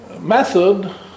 method